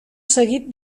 seguit